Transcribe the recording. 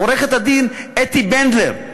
עורכת-הדין אתי בנדלר,